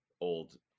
old